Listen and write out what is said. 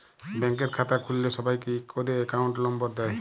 ব্যাংকের খাতা খুল্ল্যে সবাইকে ইক ক্যরে একউন্ট লম্বর দেয়